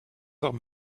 doch